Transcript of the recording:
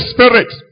Spirit